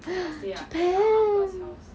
japan